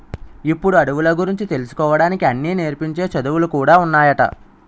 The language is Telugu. ఇప్పుడు అడవుల గురించి తెలుసుకోడానికి అన్నీ నేర్పించే చదువులు కూడా ఉన్నాయట